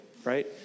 Right